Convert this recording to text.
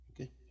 Okay